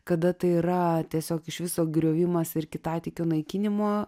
kada tai yra tiesiog iš viso griovimas ir kitatikių naikinimo